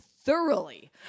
Thoroughly